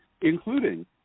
including